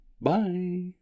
bye